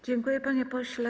Dziękuję, panie pośle.